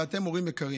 ואתם, הורים יקרים,